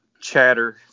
chatter